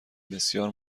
بسیار